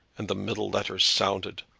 and the middle letters sounded,